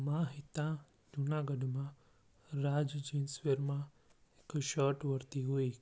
मां हितां जूनागढ़ मां राज जींस वियर मां हिकु शर्ट वरिती हुई